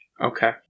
Okay